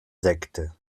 sekte